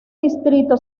distrito